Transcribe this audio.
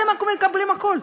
אתם מקבלים הכול.